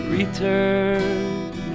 Return